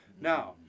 Now